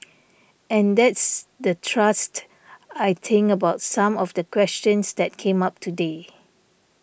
and that's the thrust I think about some of the questions that came up today